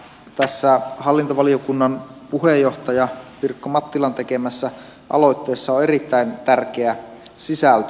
tässä hallintovaliokunnan puheenjohtaja pirkko mattilan tekemässä aloitteessa on erittäin tärkeä sisältö